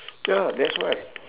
ya that's why